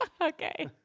Okay